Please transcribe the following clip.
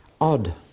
odd